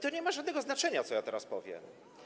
To nie ma żadnego znaczenia, co ja teraz powiem.